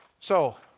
so